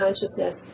consciousness